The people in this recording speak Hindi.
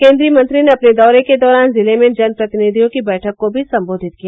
केन्द्रीय मंत्री ने अपने दौरे के दौरान जिले में जनप्रतिनिधियों की बैठक को भी संबोधित किया